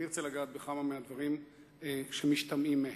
אני ארצה לגעת בכמה מהדברים שמשתמעים מהן.